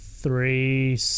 three